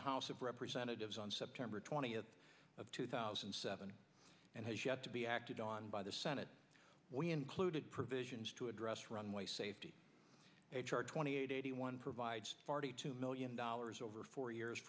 the house of representatives on september twentieth of two thousand and seven and has yet to be acted on by the senate we included provisions to address runway safety h r twenty eight eighty one provides forty two million dollars over four years